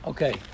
Okay